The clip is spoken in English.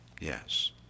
yes